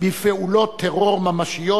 בפעולות טרור ממשיות,